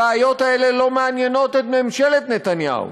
הבעיות האלה לא מעניינות את ממשלת נתניהו.